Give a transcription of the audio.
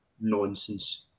nonsense